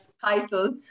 title